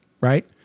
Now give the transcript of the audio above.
right